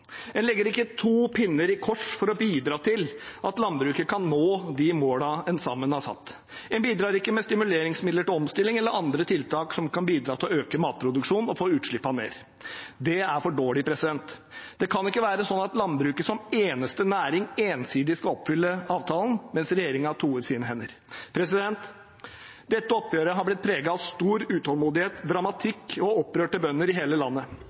En legger ikke to pinner i kors for å bidra til at landbruket kan nå de målene en sammen har satt. En bidrar ikke med stimuleringsmidler til omstilling eller andre tiltak som kan bidra til å øke matproduksjonen og få utslippene ned. Det er for dårlig. Det kan ikke være sånn at landbruket som eneste næring ensidig skal oppfylle avtalen, mens regjeringen toer sine hender. Dette oppgjøret har blitt preget av stor utålmodighet, dramatikk og opprørte bønder i hele landet.